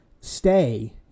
stay